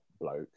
Bloke